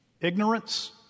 ignorance